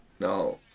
No